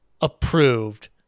approved